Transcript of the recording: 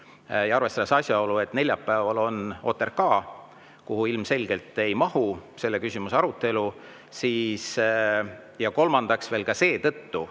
ja arvestades asjaolu, et neljapäeval on OTRK ja sinna ilmselgelt ei mahu selle küsimuse arutelu, ja kolmandaks veel ka seetõttu,